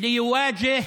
להלן תרגומם: